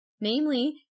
namely